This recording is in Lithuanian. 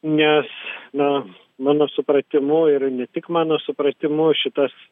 nes na mano supratimu ir ne tik mano supratimu šitas